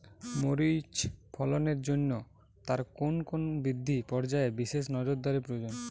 মরিচ ফলনের জন্য তার কোন কোন বৃদ্ধি পর্যায়ে বিশেষ নজরদারি প্রয়োজন?